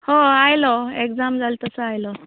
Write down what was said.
हय आयलो ऍक्जाम जाली तसो आयलो